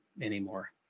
anymore